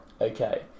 Okay